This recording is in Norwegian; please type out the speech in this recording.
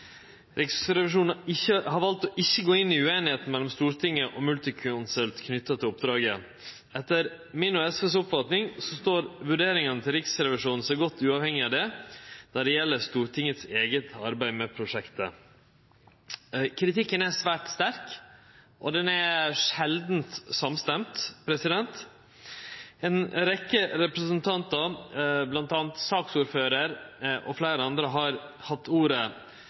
Riksrevisjonen har valt ikkje å gå inn i ueinigheita mellom Stortinget og Multiconsult knytt til oppdraget. Etter mi og SVs oppfatning står vurderinga til Riksrevisjonen seg godt uavhengig av det når det gjeld Stortingets eige arbeid med prosjektet. Kritikken er svært sterk, og han er sjeldan samstemd. Ei rekkje representantar, bl.a. saksordføraren, har hatt ordet,